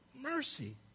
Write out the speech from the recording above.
mercy